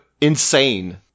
insane